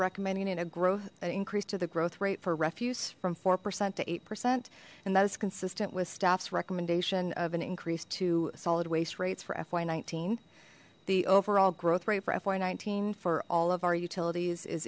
recommending in a growth an increase to the growth rate for refuse from four percent to eight percent and that is consistent with staffs recommendation of an increase to solid waste rates for fy nineteen the overall growth rate for fy nineteen for all of our utilities is